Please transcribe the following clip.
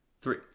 Three